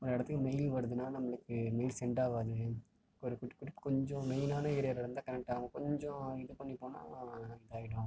ஒரு இடத்துக்கு மெய்ல் வருதுன்னால் நம்மளுக்கு மெய்ல் சென்டாகாது ஒரு குறிப்பிட்ட கொஞ்சம் மெய்னான ஏரியாவில் இருந்தால் கனெக்ட் ஆகும் கொஞ்சம் இது பண்ணி போனால் இதாகிடும்